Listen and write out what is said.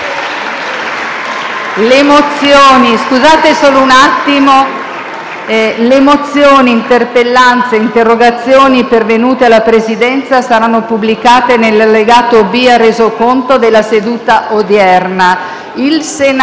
link apre una nuova finestra"). Le mozioni, interpellanze e interrogazioni pervenute alla Presidenza saranno pubblicate nell'allegato B al Resoconto della seduta odierna.